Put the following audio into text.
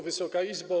Wysoka Izbo!